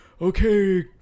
okay